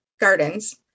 gardens